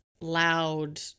loud